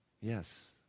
yes